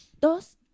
Dos